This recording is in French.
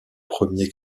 premiers